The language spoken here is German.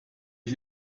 ich